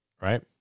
right